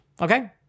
okay